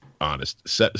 honest